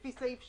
לפי סעיף 2(ב)